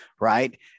right